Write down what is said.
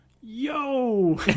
yo